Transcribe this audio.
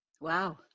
Wow